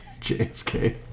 JFK